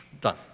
done